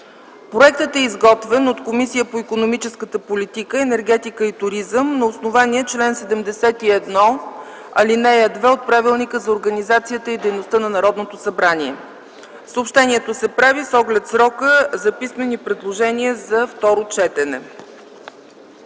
Проектът е изготвен от Комисията по икономическата политика, енергетика и туризъм на основание чл. 71, ал. 1 от Правилника за организацията и дейността на Народното събрание. Съобщението се прави с оглед срока за писмени предложения за второ четене.